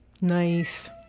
Nice